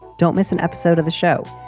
don't miss an episode of the show.